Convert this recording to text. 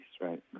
right